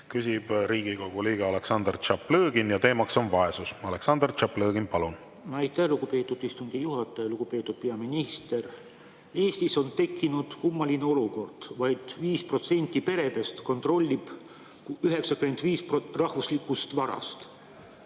Küsib Riigikogu liige Aleksandr Tšaplõgin ja teema on vaesus. Aleksandr Tšaplõgin, palun! Aitäh, lugupeetud istungi juhataja! Lugupeetud peaminister! Eestis on tekkinud kummaline olukord: vaid 5% peredest kontrollib 95% rahvuslikust varast